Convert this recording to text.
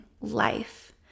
life